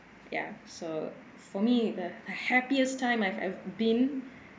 ya so for me the happiest time I've been